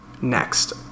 Next